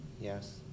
Yes